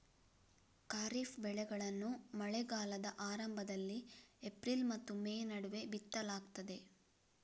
ಖಾರಿಫ್ ಬೆಳೆಗಳನ್ನು ಮಳೆಗಾಲದ ಆರಂಭದಲ್ಲಿ ಏಪ್ರಿಲ್ ಮತ್ತು ಮೇ ನಡುವೆ ಬಿತ್ತಲಾಗ್ತದೆ